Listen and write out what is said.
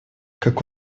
как